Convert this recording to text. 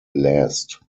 last